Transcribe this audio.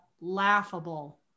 Laughable